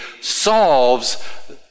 solves